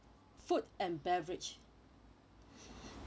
food and beverage